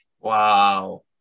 Wow